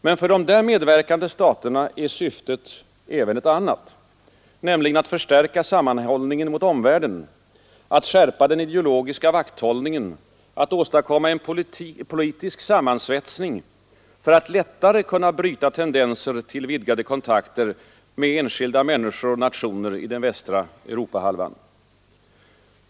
Men för de där medverkande staterna är syftet även ett annat, nämligen att förstärka sammanhållningen mot omvärlden, att skärpa den ideologiska vakthållningen, att åstadkomma en politisk sammansvetsning för att lättare kunna bryta tendenser till vidgade kontakter med enskilda människor och nationer i den västra Europahalvan.